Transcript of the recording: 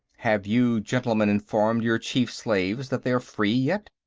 have you gentlemen informed your chief-slaves that they are free, yet?